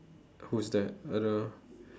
who is that I don't know